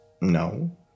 No